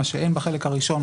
מה שאין בחלק הראשון,